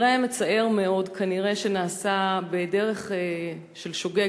מקרה מצער מאוד, כנראה נעשה בדרך של שוגג.